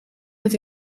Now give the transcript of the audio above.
het